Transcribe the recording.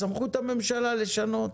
בסמכות הממשלה לשנות.